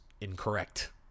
incorrect